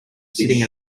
sitting